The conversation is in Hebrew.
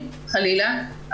חלילה,